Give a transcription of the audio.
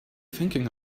thinking